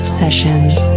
sessions